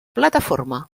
plataforma